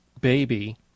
baby